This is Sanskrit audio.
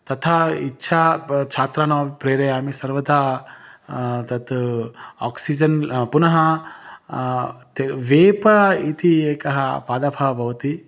तथा इच्छा प् छात्रानपि प्रेरयामि सर्वथा तत् ओक्सिजन् पुनः ते वेप इति एकः पादपः भवति